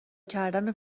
کردن